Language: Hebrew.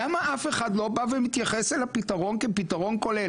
למה אף אחד לא בא ומתייחס אל הפתרון כפתרון כולל?